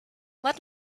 let